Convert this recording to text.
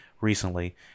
recently